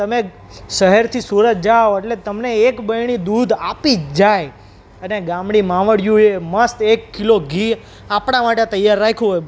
તમે શહેરથી સુરત જાઓ એટલે તમને એક બરણી દૂધ આપી જ જાય અને ગામની માવડીઓએ મસ્ત એક કિલો ઘી આપણાં માટે તૈયાર રાખ્યું હોય